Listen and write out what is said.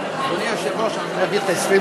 אנחנו עוברים,